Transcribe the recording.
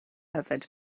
yfed